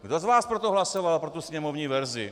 Kdo z vás pro to hlasoval, pro tu sněmovní verzi?